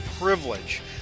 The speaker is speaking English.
privilege